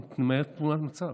אני מתאר תמונת מצב,